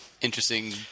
Interesting